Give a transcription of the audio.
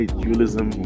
dualism